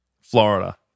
Florida